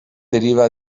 deriva